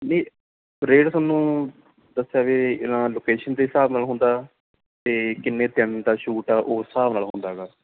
ਨਹੀਂ ਰੇਟ ਤੁਹਾਨੂੰ ਦੱਸਿਆ ਵੀ ਜਾਂ ਲੋਕੇਸ਼ਨ ਦੇ ਹਿਸਾਬ ਨਾਲ ਹੁੰਦਾ ਅਤੇ ਕਿੰਨੇ ਦਿਨ ਦਾ ਸ਼ੂਟ ਆ ਉਸ ਹਿਸਾਬ ਨਾਲ ਹੁੰਦਾ ਗਾ